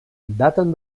daten